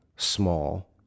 small